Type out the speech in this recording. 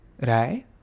Right